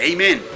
Amen